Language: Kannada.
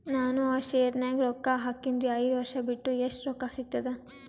ನಾನು ಆ ಶೇರ ನ್ಯಾಗ ರೊಕ್ಕ ಹಾಕಿನ್ರಿ, ಐದ ವರ್ಷ ಬಿಟ್ಟು ಎಷ್ಟ ರೊಕ್ಕ ಸಿಗ್ತದ?